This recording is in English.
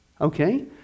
okay